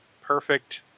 Perfect